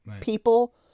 people